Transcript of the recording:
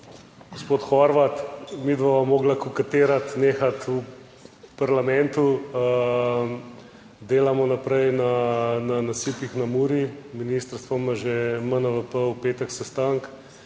gospod Horvat, midva bova morala koketirati, nehati v parlamentu. Delamo naprej na nasipih, na Muri. Ministrstvo ima že MNVP v petek sestanek,